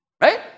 right